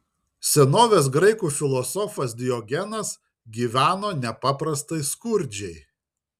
senovės graikų filosofas diogenas gyveno nepaprastai skurdžiai